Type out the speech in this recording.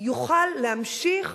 יוכל להמשיך